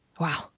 Wow